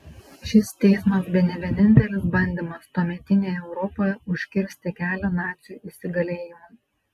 šis teismas bene vienintelis bandymas tuometinėje europoje užkirsti kelią nacių įsigalėjimui